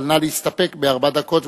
אבל נא להסתפק בארבע דקות,